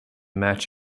match